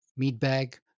meatbag